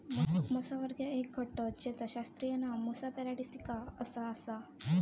मुसावर्गीय एक घटक जेचा शास्त्रीय नाव मुसा पॅराडिसिका असा आसा